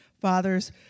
Fathers